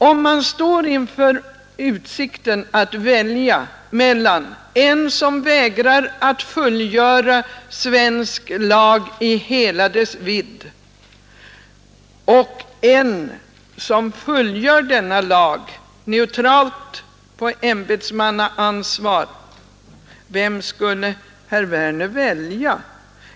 Om herr Werner stod inför att välja mellan en som vägrar att följa svensk lag i hela dess vidd och en som följer denna lag neutralt och under ämbetsmannaansvar — vem skulle herr Werner då välja?